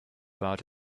about